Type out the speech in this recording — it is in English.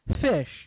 fish